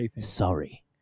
sorry